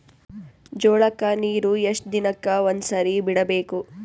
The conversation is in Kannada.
ಜೋಳ ಕ್ಕನೀರು ಎಷ್ಟ್ ದಿನಕ್ಕ ಒಂದ್ಸರಿ ಬಿಡಬೇಕು?